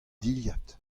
dilhad